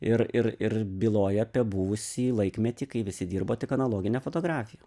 ir ir ir byloja apie buvusį laikmetį kai visi dirbo tik analogine fotografija